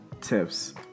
tips